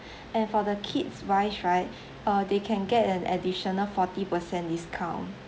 and for the kids wise right uh they can get an additional forty percent discount